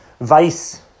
Vice